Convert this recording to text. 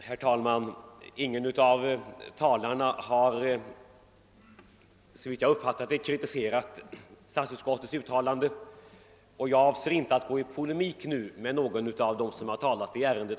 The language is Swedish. Herr talman! Ingen av talarna har, såvitt jag uppfattat, kritiserat statsutskottets uttalande, och jag avser inte att nu ingå i polemik med någon av dem som tidigare talat i detta ärende.